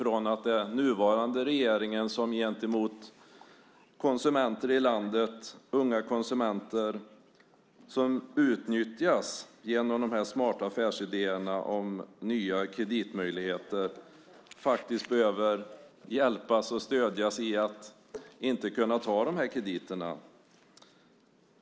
Med tanke på att det är unga konsumenter som genom de smarta affärsidéerna utnyttjas till att använda sådana nya kreditmöjligheter måste den nuvarande regeringen agera. Konsumenterna behöver hjälp och stöd så att de inte ska kunna få dessa krediter.